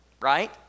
right